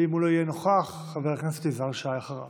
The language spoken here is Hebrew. ואם הוא לא יהיה נוכח, חבר הכנסת יזהר שי אחריו.